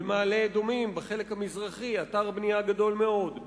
במעלה-אדומים בחלק המזרחי יש אתר בנייה גדול מאוד,